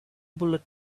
bullet